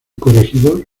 corregidor